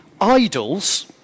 idols